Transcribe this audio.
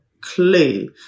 clue